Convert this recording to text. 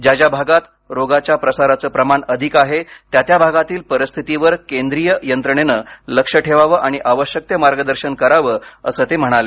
ज्या ज्या भागात रोगाच्या प्रसाराचं प्रमाण अधिक आहे त्या त्या भागातील परिस्थितीवर केंद्रीय यंत्रणेनं लक्ष ठेवावं आणि आवश्यक ते मार्गदर्शन करावं असं ते म्हणाले